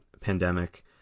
pandemic